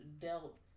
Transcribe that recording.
dealt